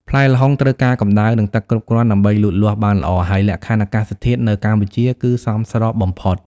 ផ្លែល្ហុងត្រូវការកម្ដៅ និងទឹកគ្រប់គ្រាន់ដើម្បីលូតលាស់បានល្អ ហើយលក្ខខណ្ឌអាកាសធាតុនៅកម្ពុជាគឺសមស្របបំផុត។